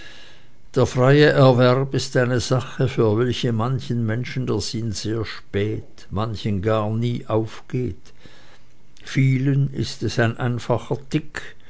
der freie erwerb ist eine sache für welche manchen menschen der sinn sehr spät manchen gar nie aufgeht vielen ist es ein einfacher tick